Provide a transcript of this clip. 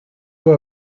are